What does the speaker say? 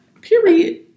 Period